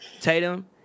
Tatum